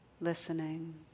listening